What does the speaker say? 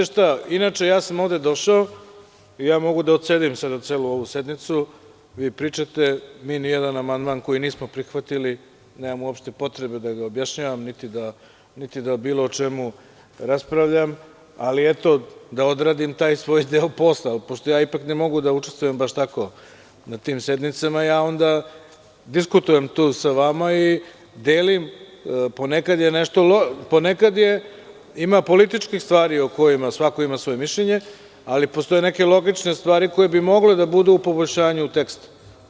Inače, ja sam ovde došao i ja mogu da odsedim celu ovu sednicu, vi pričate, mi nijedan amandman koji nismo prihvatili, nemam uopšte potrebe da ga objašnjavam niti da o bilo čemu raspravljam, ali da odradim taj svoj deo posla, pošto ja ipak ne mogu da učestvujem baš tako na tim sednicama, pa ja onda diskutujem tu sa vama i delim, ponekad ima političkih stvari o kojima svako ima svoje mišljenje, ali postoje neke logične stvari koje bi mogle da budu u poboljšanju teksta.